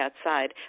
outside